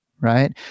Right